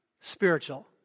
spiritual